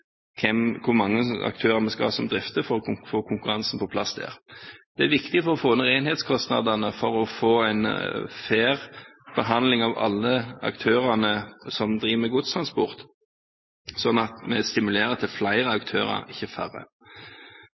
hvor mange aktører vi skal ha som drifter for å få konkurransen på plass der. Det er viktig for å få ned enhetskostnadene for å få en fair behandling av alle aktørene som driver med godstransport, sånn at vi stimulerer til flere aktører, ikke færre.